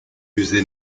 musée